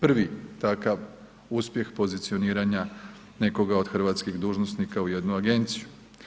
Prvi takav uspjeh pozicioniranja nekoga od hrvatskih dužnosnika u jednu agenciju.